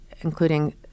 including